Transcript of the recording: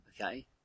Okay